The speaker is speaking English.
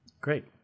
Great